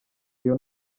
iyo